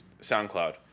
SoundCloud